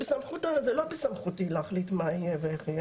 זה לא בסמכותי להחליט מה יהיה ואיך יהיה,